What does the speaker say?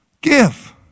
Give